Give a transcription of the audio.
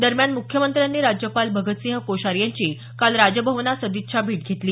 दरम्यान मुख्यमंत्र्यांनी राज्यपाल भगतसिंह कोश्यारी यांची काल राजभवनात सदिच्छा भेट घेतली